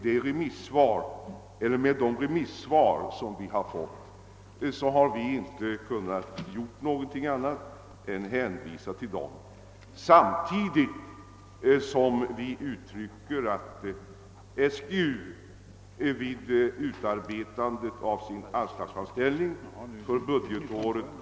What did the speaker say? Det är alldeles uppenbart att vi inom utskottet inte kunnat göra någonting annat än hänvisa till remissvaren — förutom från SGU har yttrande även inkommit från länsstyrelsen i Östergötlands län.